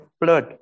blood